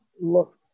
look